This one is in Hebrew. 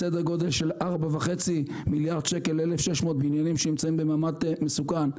כ-4.5 מיליארד שקל ל-1,600 בניינים שנמצאים במעמד מסוכן.